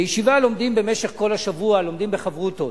בישיבה לומדים במשך כל השבוע, לומדים בחברותות.